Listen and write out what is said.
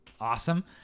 awesome